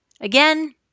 Again